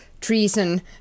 treason